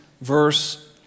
verse